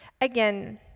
Again